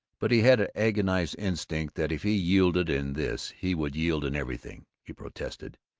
but he had an agonized instinct that if he yielded in this he would yield in everything. he protested